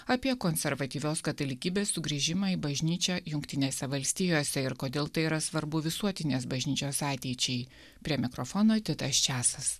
apie konservatyvios katalikybės sugrįžimą į bažnyčią jungtinėse valstijose ir kodėl tai yra svarbu visuotinės bažnyčios ateičiai prie mikrofono titas česas